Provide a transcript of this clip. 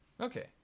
Okay